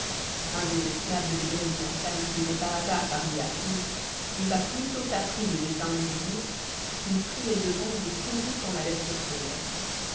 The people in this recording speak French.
un des esclaves de bedreddin hassan qui était par hasard parmi la foule n'eut pas plus tôt appris le dessein du vizir qu'il prit les devants et courut en avertir son maître